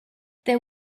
there